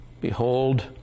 behold